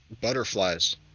Butterflies